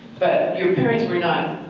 but your parents were not